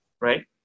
right